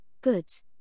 goods